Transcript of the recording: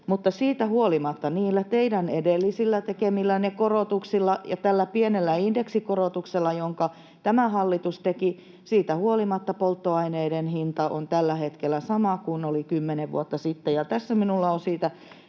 siitä huolimatta niillä teidän edellisillä tekemillänne korotuksilla ja tällä pienellä indeksikorotuksella, jonka tämä hallitus teki, polttoaineiden hinta on tällä hetkellä sama kuin oli kymmenen vuotta sitten. Minulla on tässä